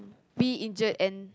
be injured and